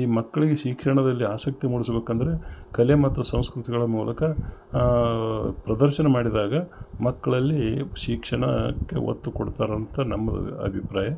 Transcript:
ಈ ಮಕ್ಕಳಿಗೆ ಶಿಕ್ಷಣದಲ್ಲಿ ಆಸಕ್ತಿ ಮೂಡಿಸ್ಬೇಕಂದ್ರೆ ಕಲೆ ಮತ್ತು ಸಂಸ್ಕೃತಿಗಳ ಮೂಲಕ ಪ್ರದರ್ಶನ ಮಾಡಿದಾಗ ಮಕ್ಕಳಲ್ಲಿ ಶಿಕ್ಷಣಕ್ಕೆ ಒತ್ತು ಕೊಡ್ತಾರಂಥ ನಮ್ಮದು ಅಭಿಪ್ರಾಯ